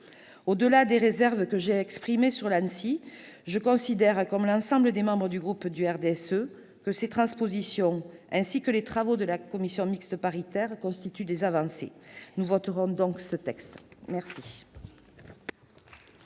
Au-delà des réserves que j'ai exprimées sur l'ANSSI, je considère, comme l'ensemble des membres du groupe du RDSE, que ces transpositions ainsi que les travaux de la commission mixte paritaire constituent des avancées. Nous voterons donc ce texte. La